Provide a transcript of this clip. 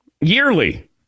yearly